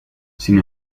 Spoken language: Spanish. sin